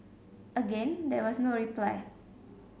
again there was no reply